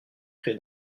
créé